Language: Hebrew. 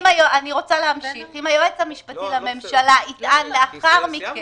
אם היועץ המשפטי לממשלה יטען לאחר מכן